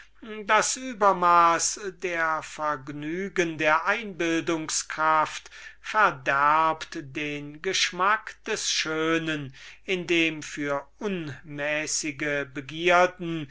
das übermaß der vergnügen der einbildungskraft verderbt den geschmack des echten schönen indem für unmäßige begierden